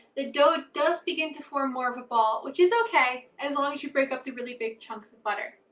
the dough does begin to form more of a ball, which is okay as long as you break up the really big chunks of butter.